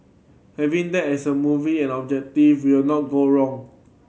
having that as a movie and objective we'll not go wrong